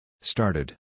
Started